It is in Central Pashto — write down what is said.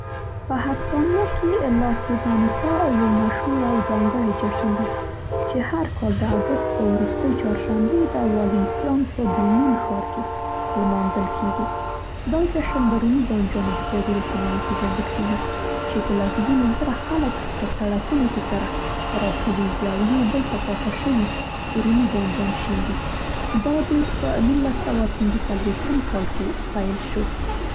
په هسپانیه کې لا توماتینا یو مشهور او ځانګړی جشن دی چې هر کال د اګست په وروستۍ چهارشنبه د والنسیان په بونول ښار کې لمانځل کیږي. دا جشن د رومي بانجانو د جګړې په نامه پېژندل کیږي چې په لسګونو زره خلک په سړکونو کې سره راټولیږي او یو بل ته پاخه شوي رومي بانجان شیندي. دا دود په ۱۹۴۵ کال کې پیل شو.